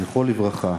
זכרו לברכה,